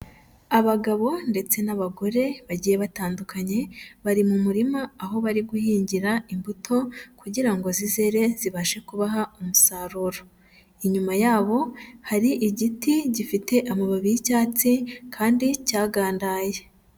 Abagabo ndetse n'abagore bagiye batandukanye bari mu murima aho bari guhingira imbuto kugira ngo zizere zibashe kubaha umusaruro, inyuma yabo hari igiti gifite amababi y'icyatsi kandi cyagandaye.